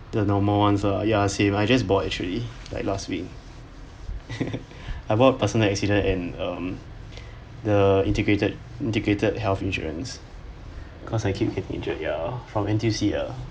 the normal ones uh ya same I just bought actually like last week I bought personal accident and um the integrated integrated health insurance cause I keep getting injured ya from N_T_U_C uh